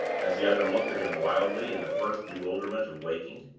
as the other looked at him wildly, in the first bewilderment of waking.